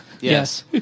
Yes